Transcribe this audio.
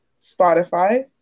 Spotify